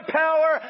power